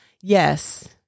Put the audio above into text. Yes